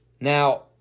now